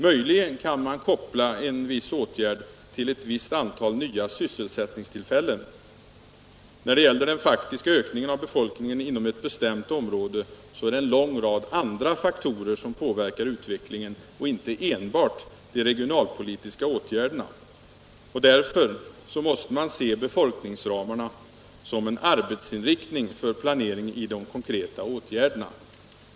Möjligen kan 110 man koppla en viss åtgärd till ett visst antal nya sysselsättningstillfällen. När det gäller den faktiska ökningen av befolkningen inom ett bestämt område är det en lång rad andra faktorer som påverkar utvecklingen och inte enbart de regionalpolitiska åtgärderna. Därför måste man se befolkningsramarna som en arbetsinriktning för planeringen av konkreta åtgärder.